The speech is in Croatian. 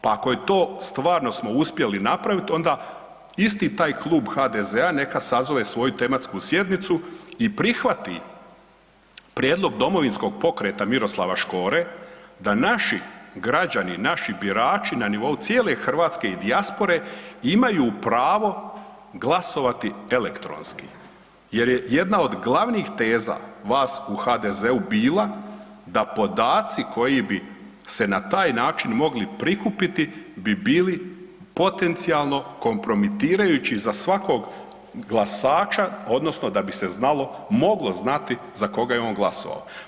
Pa ako smo to stvarno uspjeli napraviti onda isti taj klub HDZ-a sazove svoju tematsku sjednicu i prihvati prijedlog Domovinsko pokreta Miroslava Škore da naši građani, naši birači na nivou cijele Hrvatske i dijaspore imaju pravo glasovati elektronski, jel je jedna od glavnih teza vas u HDZ-u bila da podaci koji bi se na taj način mogli prikupiti bi bili potencijalno kompromitirajući za svakog glasača odnosno da bi se znalo, moglo znati za koga je on glasovao.